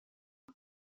but